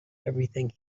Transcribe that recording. everything